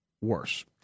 worse